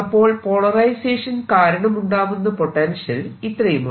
അപ്പോൾ പോളറൈസേഷൻ കാരണം ഉണ്ടാവുന്ന പൊട്ടൻഷ്യൽ ഇത്രയുമാണ്